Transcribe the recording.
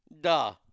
Duh